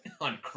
On